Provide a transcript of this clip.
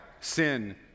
sin